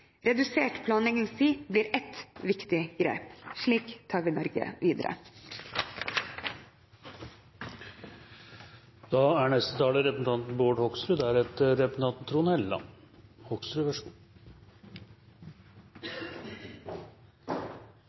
Redusert planleggingstid blir ett viktig grep. Slik tar vi Norge videre.